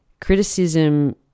criticism